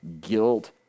guilt